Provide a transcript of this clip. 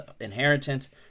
inheritance